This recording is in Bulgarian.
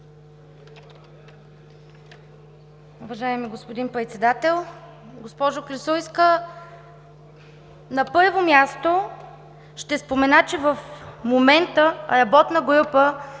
Уважаеми господин Председател! Госпожо Клисурска, на първо място, ще спомена, че в момента работна група,